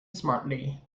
smartly